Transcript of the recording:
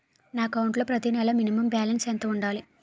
నా అకౌంట్ లో ప్రతి నెల మినిమం బాలన్స్ ఎంత ఉండాలి?